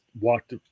walked